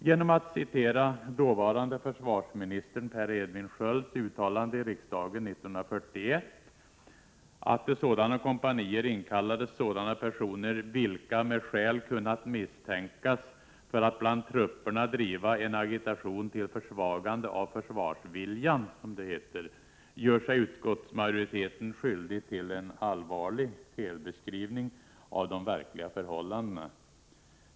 Genom att citera dåvarande försvarsminister Per Edvin Skölds uttalande i riksdagen år 1941 att till sådana kompanier inkallades sådana personer ”vilka med skäl kunnat misstänkas för att bland trupperna driva en agitation till försvagande av försvarsviljan” gör sig utskottsmajoriteten skyldig till en allvarlig felbeskrivning av de verkliga förhållandena.